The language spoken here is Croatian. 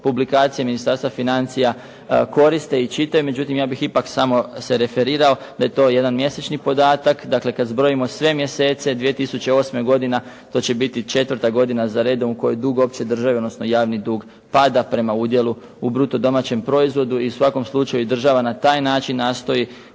publikacija Ministarstva financija koriste i čitaju, međutim ja bih ipak samo se referirao da je to jedan mjesečni podatak, dakle kad zbrojimo sve mjesece 2008. godine, to će biti četvrta godina za redom u kojoj dug opće države, odnosno javni dug pada prema udjelu u bruto domaćem proizvodu i u svakom slučaju država na taj način nastoji